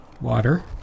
Water